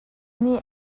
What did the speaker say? nih